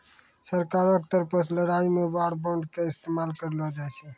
सरकारो के तरफो से लड़ाई मे वार बांड के इस्तेमाल करलो जाय छै